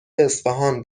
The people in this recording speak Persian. اصفهان